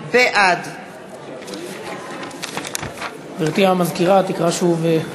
בעד גברתי המזכירה תקרא שוב.